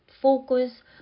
focus